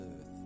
earth